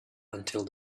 until